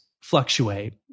fluctuate